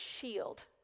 shield